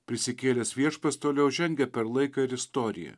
prisikėlęs viešpats toliau žengia per laiką ir istoriją